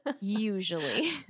usually